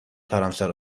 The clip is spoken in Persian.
حرمسرا